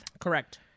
Correct